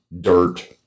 dirt